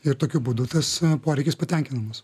ir tokiu būdu tas poreikis patenkinamas